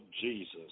Jesus